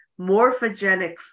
morphogenic